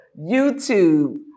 YouTube